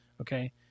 Okay